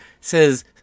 Says